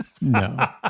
No